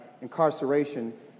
incarceration